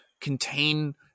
contain